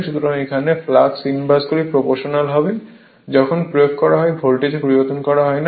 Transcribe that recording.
সুতরাং এখানে flux inversely proportional হবে যখন প্রয়োগ করা ভোল্টেজ পরিবর্তন করা হয় না